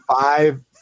five